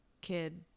kid